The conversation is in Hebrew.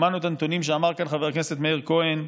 שמענו את הנתונים שאמר כאן חבר הכנסת מאיר כהן,